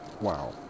Wow